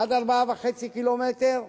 עד 4.5 קילומטרים,